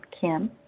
Kim